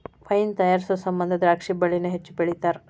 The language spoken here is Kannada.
ವೈನ್ ತಯಾರಿಸು ಸಮಂದ ದ್ರಾಕ್ಷಿ ಬಳ್ಳಿನ ಹೆಚ್ಚು ಬೆಳಿತಾರ